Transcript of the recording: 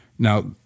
Now